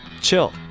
chill